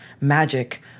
magic